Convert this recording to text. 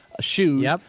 shoes